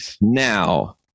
now